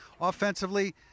Offensively